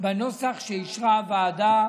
בנוסח שאישרה הוועדה.